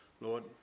Lord